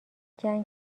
جنگ